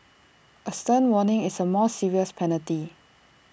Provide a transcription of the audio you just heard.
A stern warning is A more serious penalty